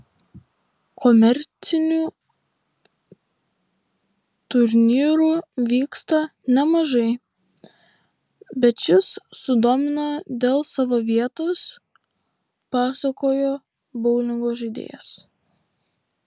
komercinių turnyrų vyksta nemažai bet šis sudomino dėl savo vietos pasakojo boulingo žaidėjas